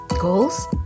goals